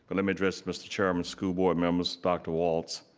but let me address mr. chairman, school board members, dr. walts.